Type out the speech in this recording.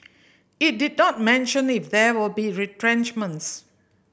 it did not mention if there will be retrenchments